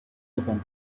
日本